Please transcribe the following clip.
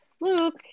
Luke